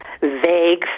vague